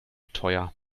teuer